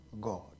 God